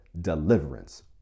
deliverance